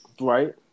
right